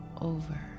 over